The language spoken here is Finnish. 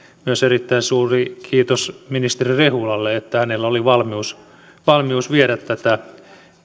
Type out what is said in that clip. myös erittäin suuri kiitos ministeri rehulalle että hänellä oli valmius valmius viedä tätä